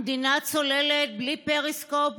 המדינה צוללת בלי פריסקופ,